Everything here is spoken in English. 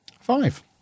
Five